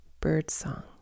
birdsong